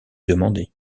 demander